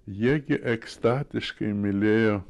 jie gi ekstatiškai mylėjo